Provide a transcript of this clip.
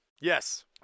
Yes